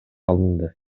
алынды